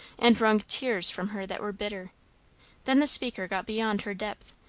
and wrung tears from her that were bitter then the speaker got beyond her depth,